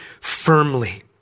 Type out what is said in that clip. firmly